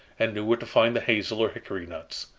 and knew where to find the hazel or hickory nuts.